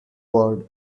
word